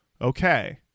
Okay